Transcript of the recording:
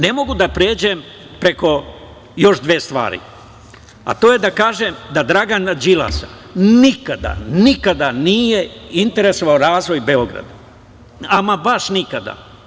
Ne mogu da pređem preko još dve stvari, a to je da kažem da Dragana Đilasa nikada, nikada nije interesovao razvoj Beograda, ama baš nikada.